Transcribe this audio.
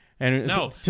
No